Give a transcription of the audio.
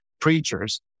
preachers